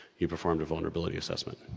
you performed a vulnerability assessment.